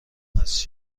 هست